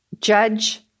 judge